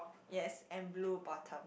yes and blue bottom